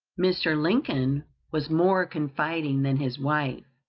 mr. lincoln was more confiding than his wife.